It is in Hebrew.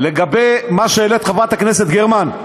לגבי מה שהעלית, חברת הכנסת גרמן,